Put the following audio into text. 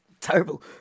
Terrible